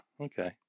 okay